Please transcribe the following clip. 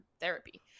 therapy